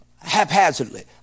haphazardly